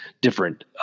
different